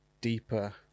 deeper